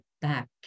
back